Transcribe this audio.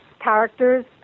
characters